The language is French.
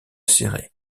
serrés